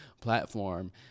platform